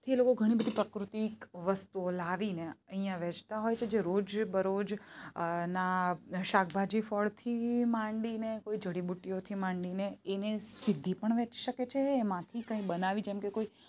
તે લોકો ઘણી બધી પ્રકૃતિક વસ્તુઓ લાવીને અહીંયાં વેચતા હોય છે જે રોજ બરોજ ના શાકભાજી ફળથી માંડીને કોઈ જડીબુટ્ટીઓથી માંડીને એને સીધી પણ વેચી શકે છે એમાંથી કંઈ બનાવી જેમ કે કોઈ